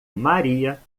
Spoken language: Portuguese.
maria